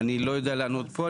אני לא יודע לענות פה,